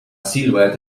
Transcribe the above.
silhouette